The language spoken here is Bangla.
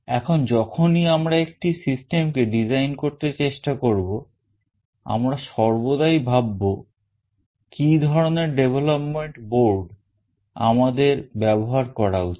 এখন যখনই আমরা একটি system কে design করতে চেষ্টা করব আমরা সর্বদাই ভাববো কি ধরনের development board আমাদের ব্যবহার করা উচিত